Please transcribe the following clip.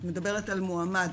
את מדברת על מועמד,